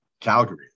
Calgary